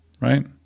right